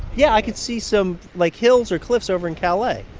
yeah. i can see some, like, hills or cliffs over in calais.